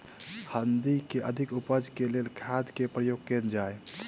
हल्दी केँ अधिक उपज केँ लेल केँ खाद केँ प्रयोग कैल जाय?